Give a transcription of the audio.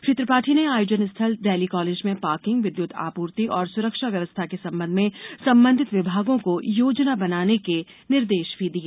श्री त्रिपाठी ने आयोजन स्थल डेली कॉलेज में पार्किंग विद्युत आपूर्ति और सुरक्षा व्यवस्था के संबंध में संबंधित विभागों को योजना बनाने के निर्देश भी दिए